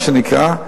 מה שנקרא,